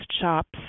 shops